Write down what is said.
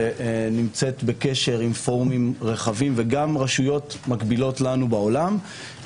שנמצאת בקשר עם פורומים רחבים וגם רשויות מקבילות לנו בעולם,